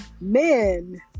men